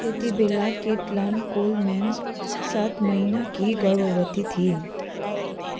त्यति बेला केटलान कोलम्यान्स् सात महिनाकी गर्भवती थिइन्